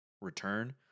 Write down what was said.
Return